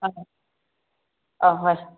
ꯑꯪ ꯑꯥ ꯍꯣꯏ